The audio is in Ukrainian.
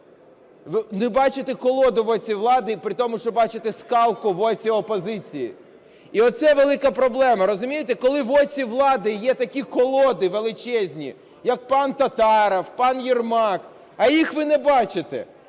ви не бачите колоду в оці влади, при тому, що бачите скалку в оці опозиції – оце велика проблема, розумієте. Коли в оці влади є такі колоди величезні, як пан Татаров, пан Єрмак, а їх ви не бачите,